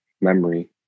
memory